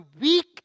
weak